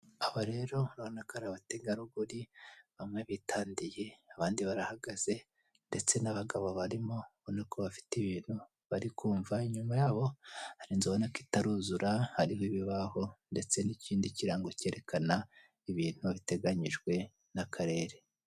Aba rero urabona ko ari abategarugori bamwe bitambiye, abandi barahagaze ndetse n'abagabo barimo, ubona ko bafite ibintu bari kumva, inyuma yabo hari inzu ubona ko itaruzura hariho ibibaho ndetse n'ikindi kirango cyerekana ibintu biteganyijwe n'akarere.